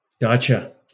Gotcha